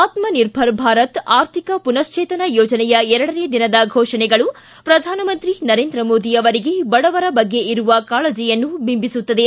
ಆತ್ನ ನಿರ್ಭರ್ ಭಾರತ್ ಆರ್ಥಿಕ ಪುನಶ್ವೇತನ ಯೋಜನೆಯೆ ಎರಡನೇ ದಿನದ ಫೋಷಣೆಗಳು ಪ್ರಧಾನಮಂತ್ರಿ ನರೇಂದ್ರ ಮೋದಿ ಅವರಿಗೆ ಬಡವರ ಬಗ್ಗೆ ಇರುವ ಕಾಳಜಿಯನ್ನು ಬಿಂಬಿಸುತ್ತದೆ